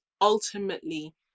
ultimately